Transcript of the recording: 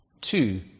Two